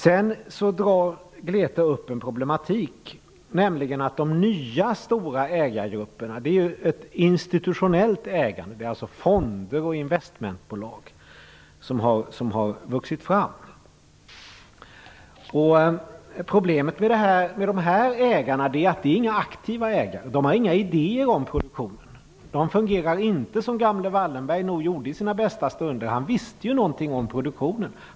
Sedan drar Glete upp en problematik, nämligen att de nya stora ägargrupperna innebär ett institutionellt ägande. Det är alltså fonder och investmentbolag som har vuxit fram. Problemet med dessa ägare är att de inte är aktiva. De har inga idéer om produktionen. De fungerar inte som gamle Wallenberg nog gjorde i sina bästa stunder. Han visste ju något om produktionen.